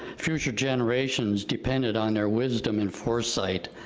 future generations depended on their wisdom and foresight.